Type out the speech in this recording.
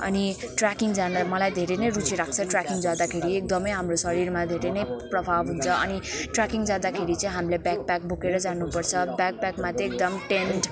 अनि ट्र्याकिङ जाँदा मलाई धेरै नै रुचि राख्छ ट्र्याकिङ जाँदाखेरि एकदमै हाम्रो शरीरमा धेरै नै प्रभाव हुन्छ अनि ट्र्याकिङ जाँदाखेरि चैँ हामीलाई ब्याक प्याग बोकेरै जानुपर्छ ब्याक प्यागमा चाहिँ एकदम टेन्ट